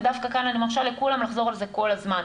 ודווקא כאן אני מרשה לכולם לחזור על זה כל הזמן,